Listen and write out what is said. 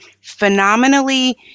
phenomenally